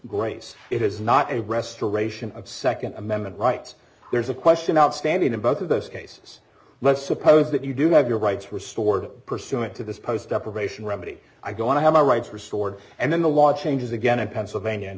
grace it is not a restoration of nd amendment rights there's a question outstanding in both of those cases let's suppose that you do have your rights restored pursuant to this post operation remedy i don't want to have my rights restored and then the law changes again in pennsylvania and